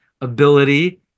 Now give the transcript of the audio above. ability